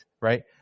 right